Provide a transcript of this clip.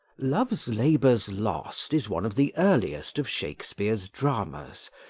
love's labours lost is one of the earliest of shakespeare's dramas,